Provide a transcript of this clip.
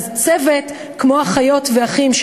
צוות כמו אחיות ואחים,